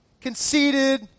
conceited